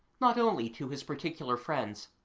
not only to his particular friends,